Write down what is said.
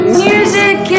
music